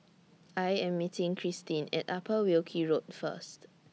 I Am meeting Cristin At Upper Wilkie Road First